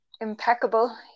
impeccable